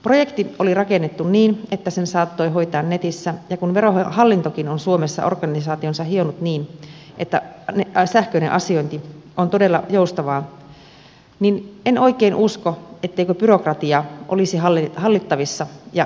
projekti oli rakennettu niin että sen saattoi hoitaa netissä ja kun verohallintokin on suomessa organisaationsa hionut niin että sähköinen asiointi on todella joustavaa niin en oikein usko ettei byrokratia olisi hallittavissa ja kevennettävissä